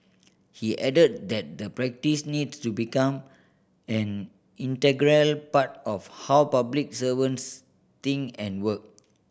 he added that the practice needs to become an integral part of how public servants think and work